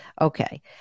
Okay